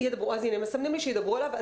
מסמנים לי שידברו עליו.